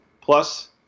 Plus